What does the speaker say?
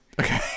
okay